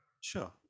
Sure